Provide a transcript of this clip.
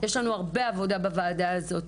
יש לנו הרבה עבודה בוועדה הזאת.